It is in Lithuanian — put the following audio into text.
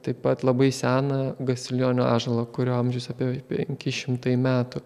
taip pat labai seną gastilionio ąžuolą kurio amžius apie penki šimtai metų